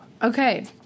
Okay